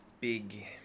big